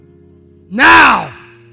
Now